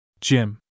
Jim